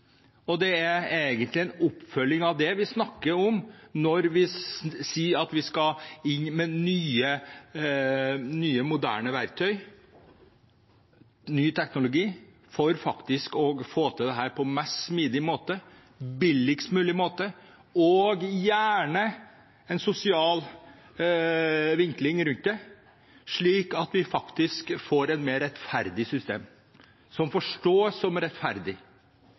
Det er egentlig en oppfølging av det vi snakker om når vi sier at vi skal inn med nye, moderne verktøy, ny teknologi, for faktisk å få til dette på en mest mulig smidig måte, på en billigst mulig måte og gjerne med en sosial vinkling rundt det, slik at vi faktisk får et mer rettferdig system, et system som forstås som rettferdig.